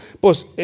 pues